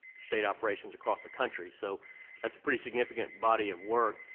state operations across the country. so that's a pretty significant body of work.